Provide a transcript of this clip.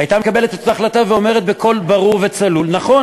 הייתה מקבלת את אותה החלטה ואומרת בקול ברור וצלול: נכון,